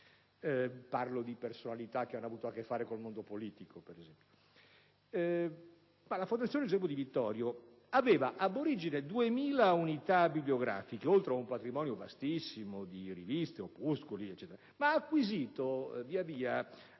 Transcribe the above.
parlo di personalità che hanno avuto a che fare con il mondo politico, ad esempio).